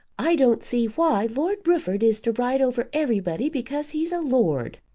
i don't see why lord rufford is to ride over everybody because he's a lord.